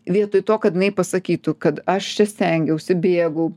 vietoj to kad jinai pasakytų kad aš čia stengiausi bėgau